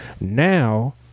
Now